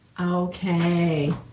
Okay